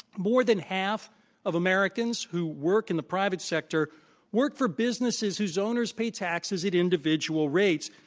more than half of americans who work in the private sector work for businesses whose owner pay taxes at individual rates.